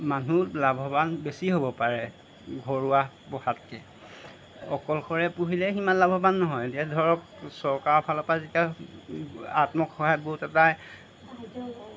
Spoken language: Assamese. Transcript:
মানুহ লাভৱান বেছি হ'ব পাৰে ঘৰুৱা পোহাতকৈ অকলশৰে পুহিলে সিমান লাভৱান নহয় এতিয়া ধৰক চৰকাৰৰ ফালৰপৰা যেতিয়া আত্মসহায়ক গোট এটাই